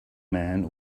man